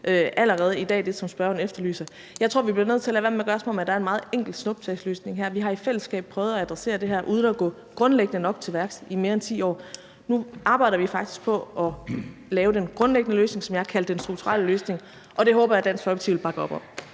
allerede i dag. Jeg tror, at vi bliver nødt til at lade være med at gøre, som om der er en enkelt snuptagsløsning her. Vi har i fællesskab prøvet at adressere det her uden at gå grundlæggende nok til værks i mere end 10 år. Nu arbejder vi faktisk på at lave den grundlæggende løsning, som jeg har kaldt den strukturelle løsning, og det håber jeg at Dansk Folkeparti vil bakke op om.